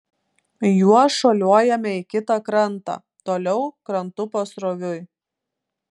juo šuoliuojame į kitą krantą toliau krantu pasroviui